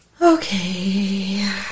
Okay